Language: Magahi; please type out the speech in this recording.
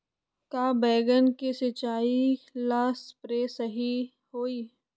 का बैगन के सिचाई ला सप्रे सही होई?